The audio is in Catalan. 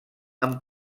amb